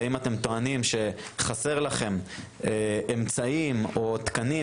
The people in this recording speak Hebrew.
ואם אתם טוענים שחסר לכם אמצעים או תקנים